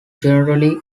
generally